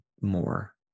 more